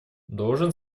должен